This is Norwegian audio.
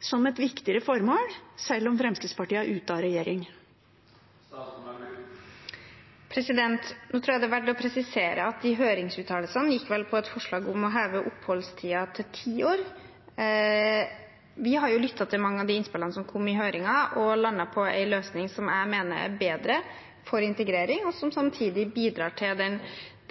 som et viktigere formål, selv om Fremskrittspartiet er ute av regjering. Jeg tror det er verdt å presisere at høringsuttalelsene gikk på et forslag om å heve oppholdstiden til ti år. Vi har lyttet til mange av de innspillene som kom i høringen, og landet på en løsning som jeg mener er bedre for integrering, og som samtidig bidrar til